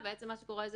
הבקשה.